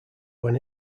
when